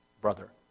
brother